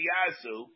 Yasu